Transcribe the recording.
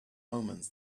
omens